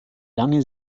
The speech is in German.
lange